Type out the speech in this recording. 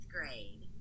grade